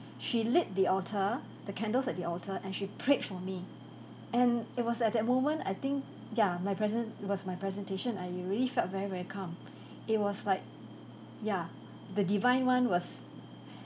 she lit the alter the candles at the alter and she prayed for me and it was at that moment I think ya my present was my presentation I really felt very very calm it was like yeah the divine one was